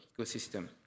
ecosystem